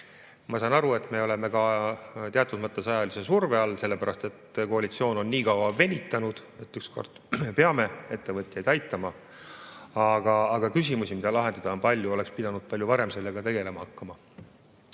Ma saan aru, et me oleme teatud mõttes ajalise surve all, sest koalitsioon on nii kaua venitanud. Aga ükskord me peame ettevõtjaid aitama. Ent küsimusi, mida lahendada, on palju. Oleks pidanud palju varem sellega tegelema hakkama.